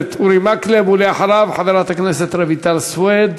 הכנסת אורי מקלב, ואחריו, חברת הכנסת רויטל סויד.